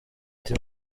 ati